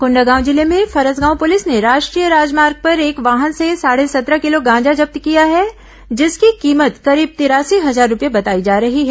कोंडागांव जिले में फरसगांव पुलिस ने राष्ट्रीय राजमार्ग पर एक वाहन से साढ़े सत्रह किलो गांजा जब्त किया है जिसकी कीमत करीब तिरासी हजार रूपये बताई जा रही है